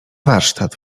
warsztat